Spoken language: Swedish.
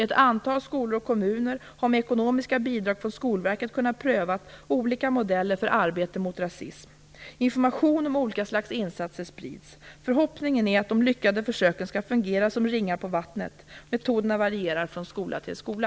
Ett antal skolor och kommuner har med ekonomiska bidrag från Skolverket kunnat pröva olika modeller för arbete mot rasism. Information om olika slags insatser sprids. Förhoppningen är att de lyckade försöken skall fungera som ringar på vattnet. Metoderna varierar från skola till skola.